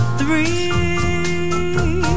three